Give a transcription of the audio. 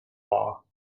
law